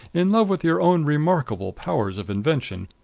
in love with your own remarkable powers of invention!